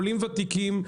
עולים וותיקים,